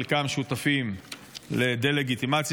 חלקם שותפים לדה-לגיטימציה,